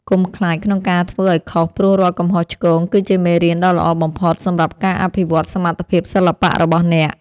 កុំខ្លាចក្នុងការធ្វើឱ្យខុសព្រោះរាល់កំហុសឆ្គងគឺជាមេរៀនដ៏ល្អបំផុតសម្រាប់ការអភិវឌ្ឍសមត្ថភាពសិល្បៈរបស់អ្នក។